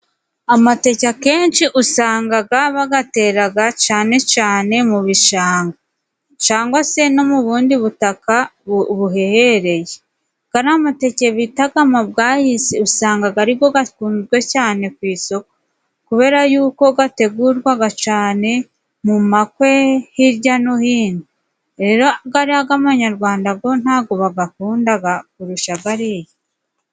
Amateke akenshi usangaga bagateraga cane cane mu bishanga cangwa se no mu bundi butaka buhehereye, gariya mateke bitakaga amabwayisi usangaga arigo gakunzwe cane ku isoko kubera yuko gategurwaga cane mu makwe hirya no hino, rero gariya g'amanyarwanda go ntago bagakundaga kurusha gariya.